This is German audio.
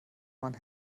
mann